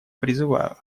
призываю